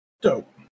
Dope